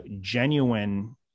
genuine